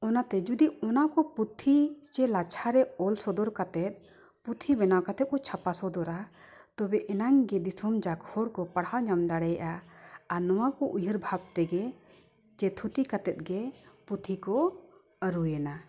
ᱚᱱᱟᱛᱮ ᱡᱩᱫᱤ ᱚᱱᱟ ᱠᱚ ᱯᱩᱛᱷᱤ ᱥᱮ ᱞᱟᱪᱷᱟ ᱨᱮ ᱚᱞ ᱥᱚᱫᱚᱨ ᱠᱟᱛᱮᱫ ᱯᱩᱛᱷᱤ ᱵᱮᱱᱟᱣ ᱠᱟᱛᱮ ᱠᱚ ᱪᱷᱟᱯᱟ ᱥᱚᱫᱚᱨᱟ ᱛᱚᱵᱮ ᱮᱱᱟᱝ ᱜᱮ ᱫᱤᱥᱚᱢ ᱡᱟᱠ ᱦᱚᱲ ᱠᱚ ᱯᱟᱲᱦᱟᱣ ᱧᱟᱢ ᱫᱟᱲᱮᱭᱟᱜᱼᱟ ᱟᱨ ᱱᱚᱣᱟ ᱠᱚ ᱩᱭᱦᱟᱹᱨ ᱵᱷᱟᱵ ᱛᱮᱜᱮ ᱥᱮ ᱛᱷᱩᱛᱤ ᱠᱟᱛᱮᱫ ᱜᱮ ᱯᱩᱛᱷᱤ ᱠᱚ ᱟᱹᱨᱩᱭᱮᱱᱟ